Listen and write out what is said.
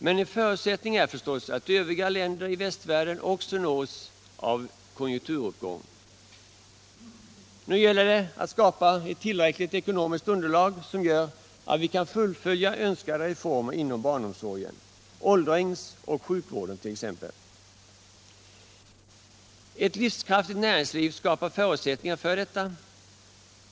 Men en förutsättning är förstås att övriga länder i västvärlden också nås av en konjunkturuppgång. Nu gäller det att skapa ett tillräckligt ekonomiskt underlag som gör att vi kan fullfölja önskade reformer inom barnomsorgen, inom åldringsoch sjukvården osv. Ett livskraftigt näringsliv skapar förutsättningar för detta.